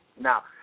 Now